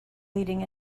leading